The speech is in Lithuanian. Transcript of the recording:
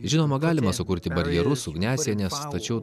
žinoma galima sukurti barjerus ugniasienes tačiau